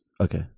Okay